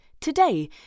today